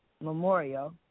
memorial